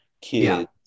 kids